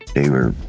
they were